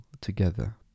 together